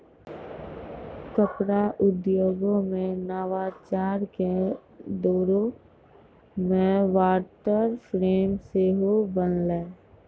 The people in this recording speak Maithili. कपड़ा उद्योगो मे नवाचार के दौरो मे वाटर फ्रेम सेहो बनलै